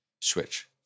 switch